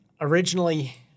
originally